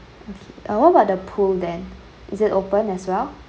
uh what about the pool then is it open as well